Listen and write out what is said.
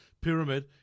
pyramid